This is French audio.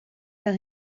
par